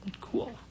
Cool